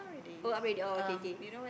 oh upgrade oh okay okay